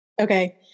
Okay